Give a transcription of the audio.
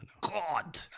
God